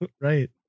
right